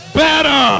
better